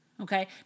Okay